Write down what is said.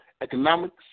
economics